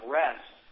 rest